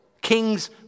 Kings